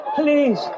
Please